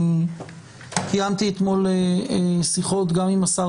אני קיימתי אתמול שיחות גם עם השר